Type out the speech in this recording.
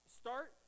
start